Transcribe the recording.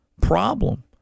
problem